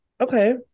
Okay